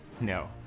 No